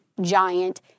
giant